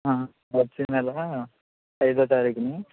వచ్చే నెలా ఐదో తారీఖున